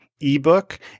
ebook